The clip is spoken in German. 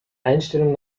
einstellung